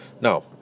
Now